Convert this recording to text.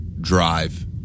drive